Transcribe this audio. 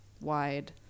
wide